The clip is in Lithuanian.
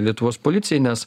lietuvos policijai nes